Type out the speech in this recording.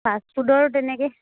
ফাষ্টফুডৰো তেনেকৈ